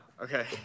okay